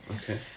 okay